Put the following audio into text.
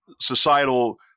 societal